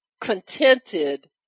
contented